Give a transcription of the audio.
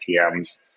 PMs